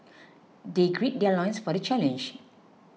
they gird their loins for the challenge